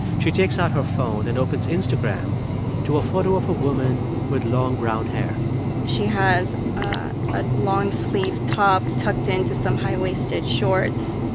she takes out her phone and opens instagram to a photo of a woman with long, brown hair she has ah a long-sleeved top tucked into some high-waisted shorts.